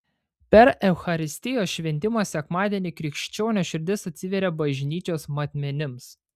per eucharistijos šventimą sekmadienį krikščionio širdis atsiveria bažnyčios matmenims